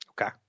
Okay